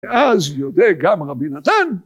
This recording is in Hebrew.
ואז יודע גם רבי נתן